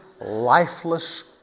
lifeless